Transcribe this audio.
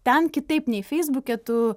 ten kitaip nei feisbuke tu